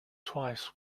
twice